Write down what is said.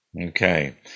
Okay